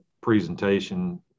Presentation